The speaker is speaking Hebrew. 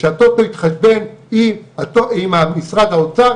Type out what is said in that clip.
ושהטוטו יתחשבן עם משרד האוצר.